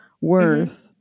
worth